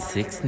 Six